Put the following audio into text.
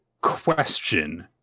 question